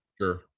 Sure